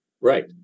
Right